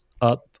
up